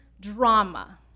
drama